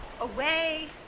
away